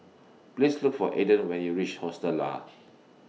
Please Look For Aaden when YOU REACH Hostel Lah